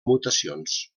mutacions